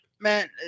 Man